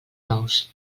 nous